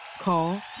Call